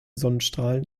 sonnenstrahlen